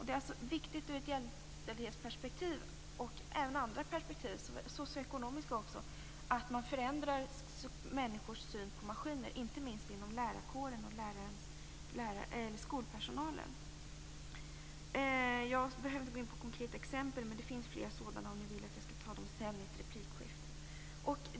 Det är alltså viktigt ur ett jämställdhetsperspektiv, och även ur andra perspektiv, t.ex. socioekonomiska, att man förändrar människors syn på maskiner, inte minst inom lärarkåren och bland skolpersonalen. Jag behöver inte gå in på konkreta exempel. Men det finns flera sådana om ni vill att jag skall ta upp dem i ett replikskifte.